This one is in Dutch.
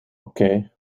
oké